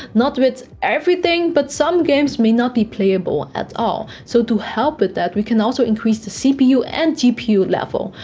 not with everything, but some games may not be playable at all. so to help with that, we can also increase the cpu and gpu level.